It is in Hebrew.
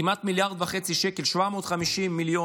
כמעט 1.5 מיליארד שקל, 750 מיליון